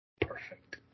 perfect